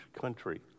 country